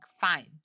fine